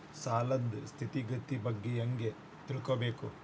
ಸಾಲದ್ ಸ್ಥಿತಿಗತಿ ಬಗ್ಗೆ ಹೆಂಗ್ ತಿಳ್ಕೊಬೇಕು?